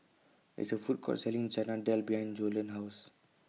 There IS A Food Court Selling Chana Dal behind Joellen's House